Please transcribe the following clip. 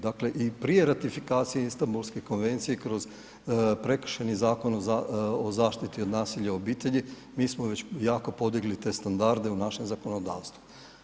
Dakle i prije ratifikacije Istanbulske konvencije kroz Prekršajni zakon o zaštiti od nasilja u obitelji mi smo već jako podigli te standarde u našem zakonodavstvu.